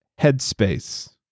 Headspace